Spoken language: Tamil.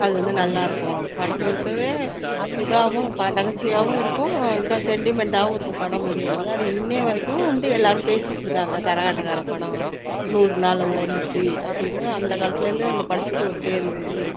அது வந்து நல்லா இருக்கும் படம் முழுக்க இதாகவும் நகைச்சுவையாகவும் இருக்கும் இதாக செண்டிமெண்ட்டாகவும் இருக்கும் படம் முடியும் போது அது இன்றைய வரைக்கும் வந்து எல்லோரும் பேசிகிட்டு இருக்காங்க கரகாட்டக்காரன் படம் நூறு நாள்லாம் ஓடுச்சி அப்படினு அந்த காலத்தில் இருந்து அந்த படத்துக்கு ஒரு பேர் உண்டு